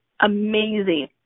amazing